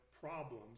problems